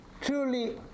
truly